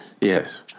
Yes